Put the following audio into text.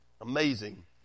Amazing